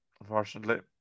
Unfortunately